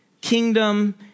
kingdom